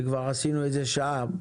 שכבר עשינו את זה שעה,